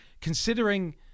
considering